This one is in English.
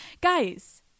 Guys